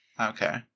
Okay